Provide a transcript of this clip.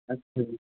अच्छा